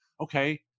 okay